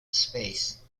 space